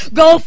go